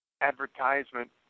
advertisement